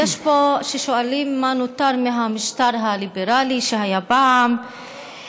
יש פה ששואלים מה נותר מהמשטר הליברלי שהיה פעם,